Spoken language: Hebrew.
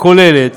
הכוללת